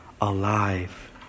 alive